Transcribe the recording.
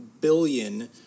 billion